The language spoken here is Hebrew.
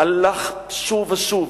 הלך שוב ושוב,